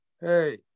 hey